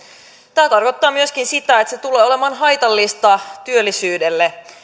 tämä tarkoittaa myöskin sitä että se tulee olemaan haitallista työllisyydelle